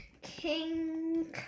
King